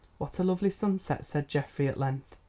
what a lovely sunset, said geoffrey at length.